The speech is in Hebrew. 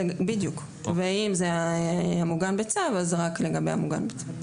בדיוק, ואם זה מוגן בצו אז לגבי המוגן בצו.